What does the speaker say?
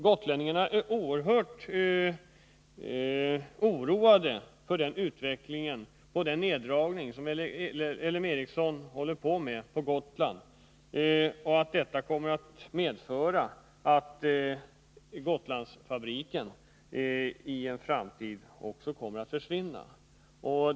Gotlänningarna är oerhört oroade av utvecklingen samt av den neddragning som L M Ericsson håller på med på Gotland. De befarar att detta kommer att medföra att också Gotlandsfabriken i en framtid försvinner.